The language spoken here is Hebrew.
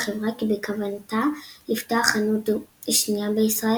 החברה כי בכוונתה לפתוח חנות שנייה בישראל,